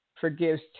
forgives